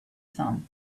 some